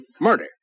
murder